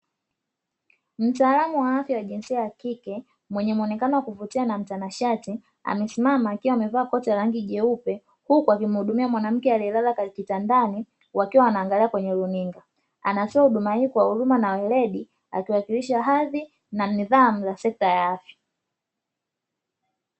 Mtaalamu wa afya ya jinsi ya kike mwenye muonekano wa kuvutia na mtanashati amesimama akiwa amevaa koti la rangi jeupe huku akimhudumia mwanamke aliyelala kitandani wakiwa wanaangalia kwenye runinga. Anatoa huduma hii kwa huruma na weledi akiwakilisha hadhi na nidhamu ya sekta ya afya.